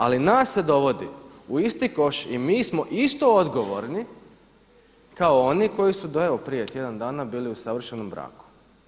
Ali nas se dovodi u isti koš i mi smo isto odgovorni kao oni koji su do evo prije tjedan dana bili u savršenom braku.